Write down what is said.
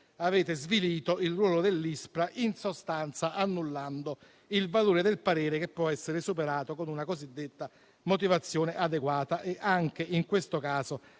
avete svilito il ruolo dell'ISPRA, in sostanza annullando il valore del parere, che può essere superato con una cosiddetta motivazione adeguata. Anche in questo caso,